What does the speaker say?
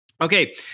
Okay